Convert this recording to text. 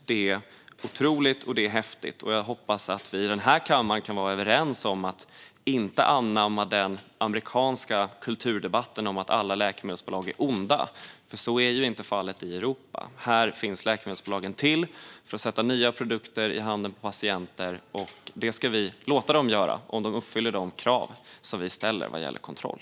Det är otroligt och häftigt, och jag hoppas att vi i den här kammaren kan vara överens om att inte anamma den amerikanska kulturdebatten om att alla läkemedelsbolag är onda, för så är ju inte fallet i Europa. Här finns läkemedelsbolagen till för att sätta nya produkter i handen på patienter, och det ska vi låta dem göra om de uppfyller de krav som vi ställer vad gäller kontroll.